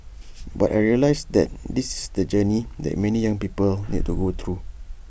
but I realised that this is the journey that many young people need to go through